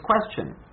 question